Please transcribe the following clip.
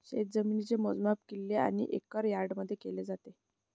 शेतजमिनीचे मोजमाप किल्ले आणि एकर यार्डमध्ये केले जाते